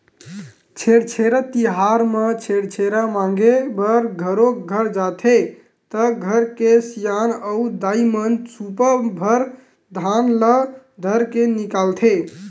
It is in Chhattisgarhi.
छेरछेरा तिहार म छेरछेरा मांगे बर घरो घर जाथे त घर के सियान अऊ दाईमन सुपा भर धान ल धरके निकलथे